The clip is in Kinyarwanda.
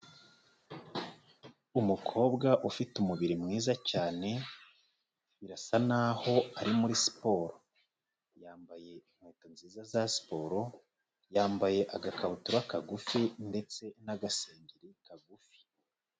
Umukobwa ufite umubiri mwiza cyane, birasa naho ari muri siporo. Yambaye inkweto nziza za siporo, yambaye agakabutura kagufi ndetse n'agasengeri kagufi.